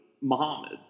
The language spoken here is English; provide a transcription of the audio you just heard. Muhammad